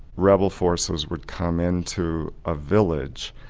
rebel forces would come into a village,